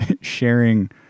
sharing